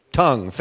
tongue